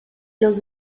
los